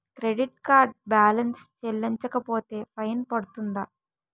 Credit card balance చెల్లించకపోతే fine పడ్తుంద?